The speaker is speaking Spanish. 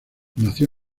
nació